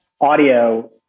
audio